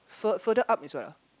fur~ further up is what